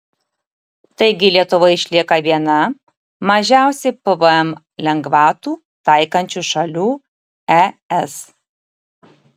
taigi lietuva išlieka viena mažiausiai pvm lengvatų taikančių šalių es